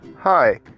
Hi